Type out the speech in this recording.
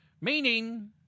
Meaning